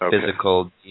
physical